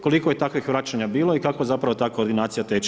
Koliko je takvih vraćanja bilo i kako zapravo ta koordinacija teče?